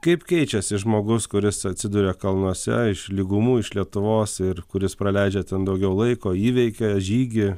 kaip keičiasi žmogus kuris atsiduria kalnuose iš lygumų iš lietuvos ir kuris praleidžia ten daugiau laiko įveikia žygį